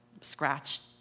scratched